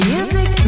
Music